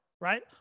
right